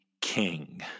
King